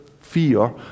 fear